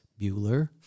Bueller